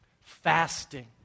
fasting